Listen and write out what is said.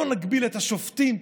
לא נגביל את השופטים.